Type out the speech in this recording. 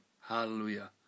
Hallelujah